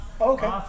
Okay